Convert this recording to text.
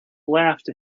laughed